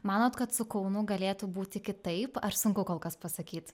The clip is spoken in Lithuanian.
manot kad su kaunu galėtų būti kitaip ar sunku kol kas pasakyt